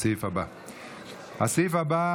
בעד,